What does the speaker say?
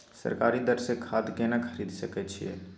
सरकारी दर से खाद केना खरीद सकै छिये?